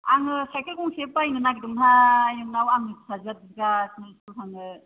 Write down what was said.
आङो साइकेल गंसे बायनो नागिरदोंमोनहाय नोंनाव आंनि फिसाजोआ बिगासिनो स्कुलाव थांनो